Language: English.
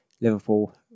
Liverpool